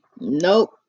Nope